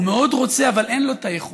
הוא מאוד רוצה, אבל אין לו יכולת,